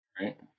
Right